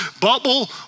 Bubble